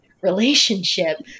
relationship